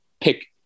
pick